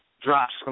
drops